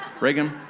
Reagan